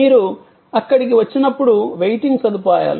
మీరు అక్కడికి వచ్చినప్పుడు వెయిటింగ్ సదుపాయాలు